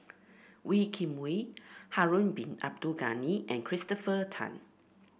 Wee Kim Wee Harun Bin Abdul Ghani and Christopher Tan